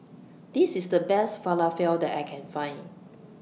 This IS The Best Falafel that I Can Find